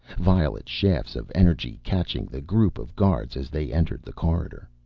violet shafts of energy catching the group of guards as they entered the corridor.